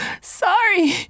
Sorry